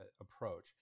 approach